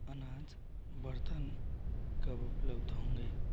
अनाज बर्तन कब उपलब्ध होंगे